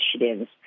initiatives